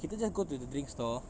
kita just go to the drink stall